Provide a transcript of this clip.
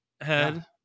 head